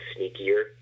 sneakier